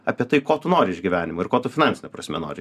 apie tai ko tu nori iš gyvenimo ir ko tu finansine prasme nori